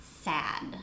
sad